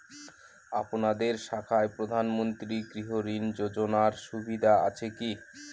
আপনাদের শাখায় প্রধানমন্ত্রী গৃহ ঋণ যোজনার সুবিধা আছে কি?